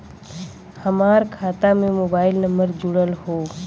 हमार खाता में मोबाइल नम्बर जुड़ल हो?